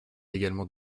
également